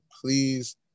please